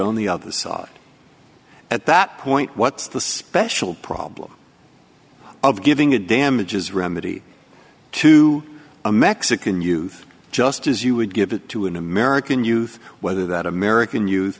on the other side at that point what's the special problem of giving a damages remedy to a mexican youth just as you would give it to an american youth whether that american youth